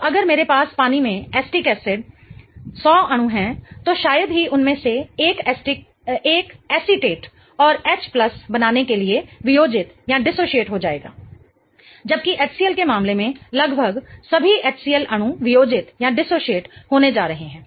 तोअगर मेरे पास पानी में एसिटिक एसिड अम्ल 100 अणु हैं तो शायद ही उनमें से एक एसिटेट और H बनाने के लिए वियोजित हो जाएगा जबकि HCl के मामले में लगभग सभी HCl अणु वियोजित होने जा रहे हैं